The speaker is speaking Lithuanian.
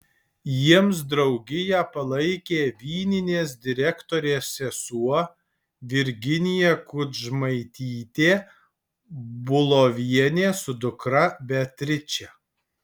jiems draugiją palaikė vyninės direktorės sesuo virginija kudžmaitytė bulovienė su dukra beatriče